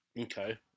Okay